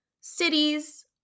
cities